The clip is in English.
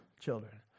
children